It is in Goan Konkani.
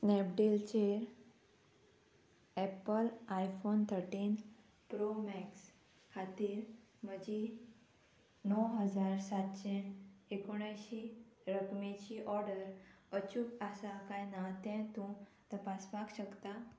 स्नॅपडीलचेर Apple iPhone thirteen Pro Max खातीर म्हजी णव हजार सातशें एकोणअयशीं रक्कमेची ऑर्डर अचूक आसा काय ना तें तूं तपासपाक शकता